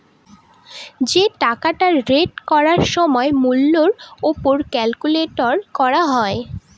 যে টাকাটা রেট করার সময় মূল্যের ওপর ক্যালকুলেট করা হয়